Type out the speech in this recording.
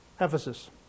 Ephesus